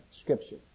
scripture